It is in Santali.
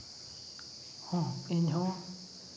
ᱦᱚᱸ ᱤᱧ ᱦᱚᱸ